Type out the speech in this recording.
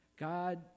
God